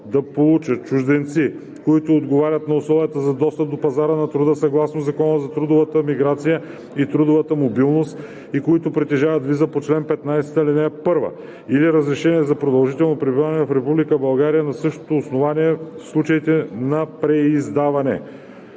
да получат чужденци, които отговарят на условията за достъп до пазара на труда съгласно Закона за трудовата миграция и трудовата мобилност и които притежават виза по чл. 15, ал. 1 или разрешение за продължително пребиваване в Република България на същото основание, в случаите на преиздаване.